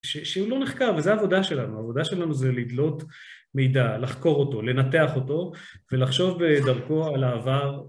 שאינו נחקר, וזו העבודה שלנו, העבודה שלנו זה לדלות מידע, לחקור אותו, לנתח אותו ולחשוב דרכו על העבר.